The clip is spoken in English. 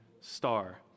star